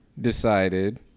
decided